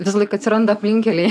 visąlaik atsiranda aplinkkeliai